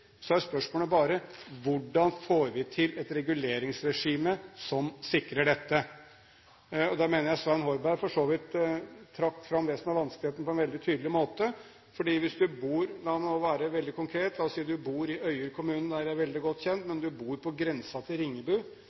Så er spørsmålet: Hvordan får vi til et reguleringsregime som sikrer dette? Svein Harberg trakk for så vidt fram det som er vanskelig, på en veldig tydelig måte. La meg nå være veldig konkret: Hvis du bor i Øyer kommune – der er jeg veldig godt kjent – men på grensen til Ringebu,